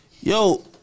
Yo